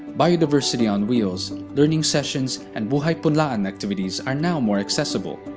biodiversity on wheels, learning sessions, and buhay punlaan activities are now more accessible.